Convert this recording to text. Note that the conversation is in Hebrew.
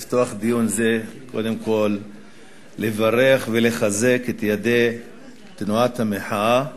חובה לפתוח דיון זה וקודם כול לברך ולחזק את ידי תנועת המחאה,